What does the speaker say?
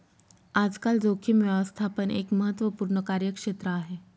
आजकाल जोखीम व्यवस्थापन एक महत्त्वपूर्ण कार्यक्षेत्र आहे